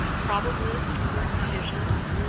problem list, current conditions,